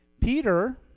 Peter